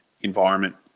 environment